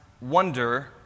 wonder